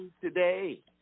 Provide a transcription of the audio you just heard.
today